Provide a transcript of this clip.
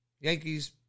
Yankees